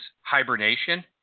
hibernation